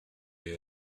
club